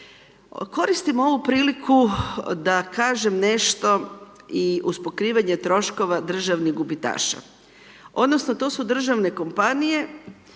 Koristim ovu priliku da kažem nešto i uz pokrivanje troškova državnih gubitaša. Odnosno to su državne kompanije